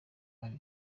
yari